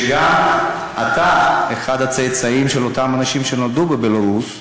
כשגם אתה אחד הצאצאים של אותם אנשים שנולדו בבלרוס.